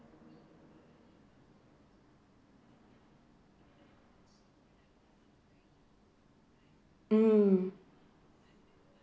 mm